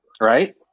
right